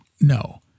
No